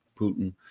Putin